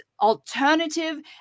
alternative